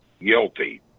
guilty